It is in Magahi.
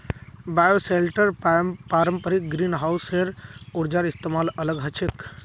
बायोशेल्टर पारंपरिक ग्रीनहाउस स ऊर्जार इस्तमालत अलग ह छेक